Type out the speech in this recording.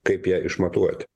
kaip ją išmatuoti